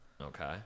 Okay